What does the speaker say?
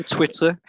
Twitter